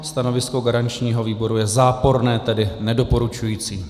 Stanovisko garančního výboru je záporné, tedy nedoporučující.